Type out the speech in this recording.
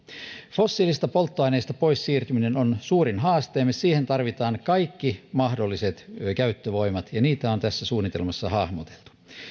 fossiilisista polttoaineista pois siirtyminen on suurin haasteemme siihen tarvitaan kaikki mahdolliset käyttövoimat ja niitä on tässä suunnitelmassa hahmoteltu